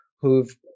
who've